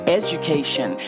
education